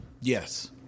Yes